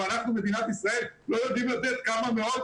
ואנחנו מדינת ישראל לא יודעים לתת כמה מאות